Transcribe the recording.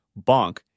Bonk